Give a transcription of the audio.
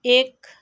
एक